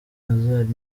hazard